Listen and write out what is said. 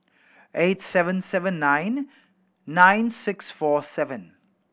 eight seven seven nine nine six four seven